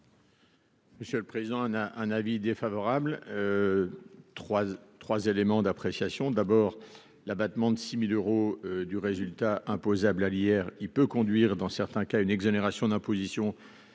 Monsieur le président, un un avis défavorable trois 3 éléments d'appréciation d'abord l'abattement de 6000 euros du résultat imposable à l'IR il peut conduire dans certains cas une exonération d'imposition,